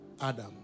Adam